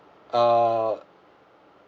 uh